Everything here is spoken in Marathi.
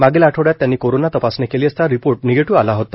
मागील आठवड्यात त्यांनी कोरोना तपासणी केली असता रिपोर्ट निगेटिव्ह आला होता